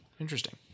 Interesting